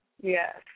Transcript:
yes